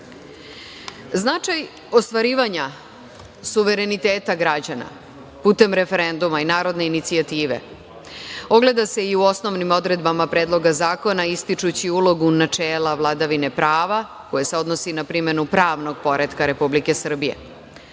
ostvarivanja suvereniteta građana putem referenduma i narodne inicijative ogleda se i u osnovnim odredbama predloga zakona ističući ulogu načela vladavine prava koje se odnosi na primenu pravnog poretka Republike Srbije,